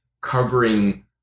covering